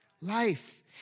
Life